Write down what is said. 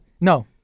no